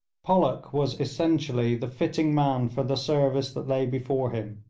pollock was essentially the fitting man for the service that lay before him,